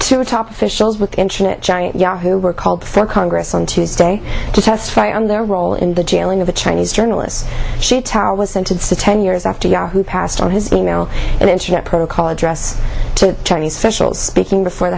to top officials with internet giant yahoo were called from congress on tuesday to testify on their role in the jailing of a chinese journalists she tower was sentenced to ten years after yahoo passed on his e mail and internet protocol address to chinese officials speaking before the